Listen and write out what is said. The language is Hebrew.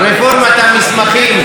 רפורמת המסמכים.